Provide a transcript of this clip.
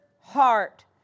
heart